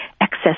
excess